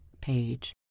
page